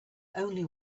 only